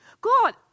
God